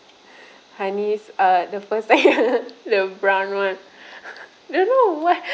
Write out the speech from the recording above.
hanis the first time the brown [one] don't know why